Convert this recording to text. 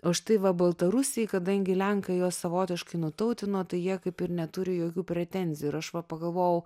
o štai va baltarusiai kadangi lenkai juos savotiškai nutautino tai jie kaip ir neturi jokių pretenzijų ir aš va pagalvojau